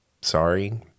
Sorry